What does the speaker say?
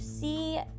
see